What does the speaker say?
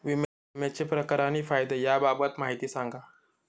विम्याचे प्रकार आणि फायदे याबाबत माहिती सांगा